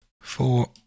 Four